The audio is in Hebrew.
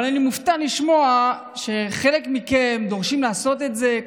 אבל אני מופתע לשמוע שחלק מכם דורשים לעשות את זה,